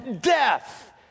death